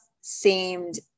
seemed